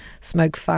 smoke